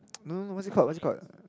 no no no what's it called what's it called